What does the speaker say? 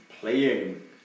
playing